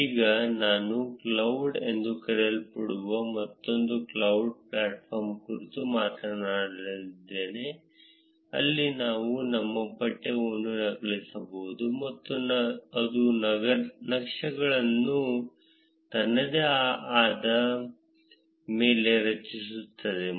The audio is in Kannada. ಈಗ ನಾನುಕ್ಲೌಡ್ ಎಂದು ಕರೆಯಲ್ಪಡುವ ಮತ್ತೊಂದು ಕ್ಲೌಡ್ ಪ್ಲಾಟ್ಫಾರ್ಮ್ ಕುರಿತು ಮಾತನಾಡುತ್ತೇನೆ ಅಲ್ಲಿ ನಾವು ನಮ್ಮ ಪಠ್ಯವನ್ನು ನಕಲಿಸಬಹುದು ಮತ್ತು ಅದು ನಕ್ಷೆಗಳನ್ನು ತನ್ನದೇ ಆದ ಮೇಲೆ ರಚಿಸುತ್ತದೆ